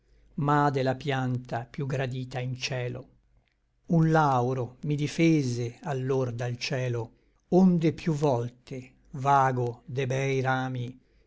ma de la pianta piú gradita in cielo un lauro mi difese allor dal cielo onde piú volte vago de bei rami